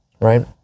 Right